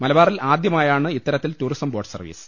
മലബാറിൽ ആദ്യമായാണ് ഇത്തര ത്തിൽ ടൂറിസം ബോട്ട് സർവ്വീസ്